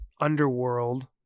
underworld